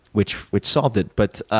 which which solved it. but